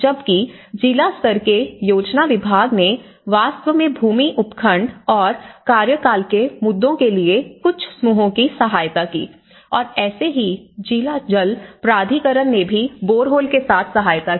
जबकि जिला स्तर के योजना विभाग ने वास्तव में भूमि उपखंड और कार्यकाल के मुद्दों के लिए कुछ समूहों की सहायता की और ऐसे ही जिला जल प्राधिकरण ने भी बोरहोल के साथ सहायता की